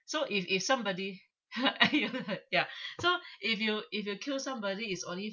so if if somebody yeah so if you if you kill somebody is only